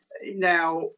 Now